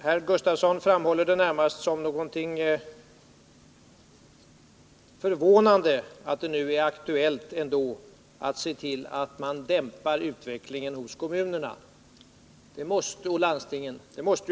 Herr Gustafsson framhåller det närmast som någonting förvånande att det nu är aktuellt ändå att se till att man dämpar utvecklingen hos kommunerna och landstingen.